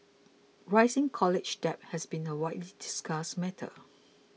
rising college debt has been a widely discussed matter